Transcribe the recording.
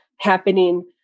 happening